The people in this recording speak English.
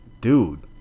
dude